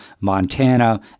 Montana